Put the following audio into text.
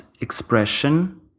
expression